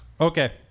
Okay